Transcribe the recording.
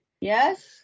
Yes